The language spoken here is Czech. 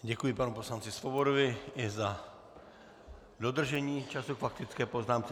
Děkuji panu poslanci Svobodovi i za dodržení času k faktické poznámce.